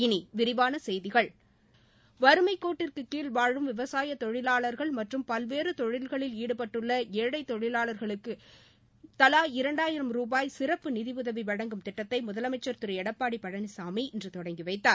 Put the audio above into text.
இனி விரிவான செய்திகள் வறுமைக்கோட்டிற்கு கீழ் வாழும் விவசாய தொழிவாளர்கள் மற்றும் பல்வேறு தொழில்களில் ஈடுபட்டுள்ள ஏழை தொழிவாளர் குடும்பங்களுக்கு தலா இரண்டாயிரம் ரூபாய் சிறப்பு நிதி உதவி வழங்கும் திட்டத்தை முதலமைச்சர் திரு எடப்பாடி பழனிசாமி இன்று தொடங்கி வைத்தார்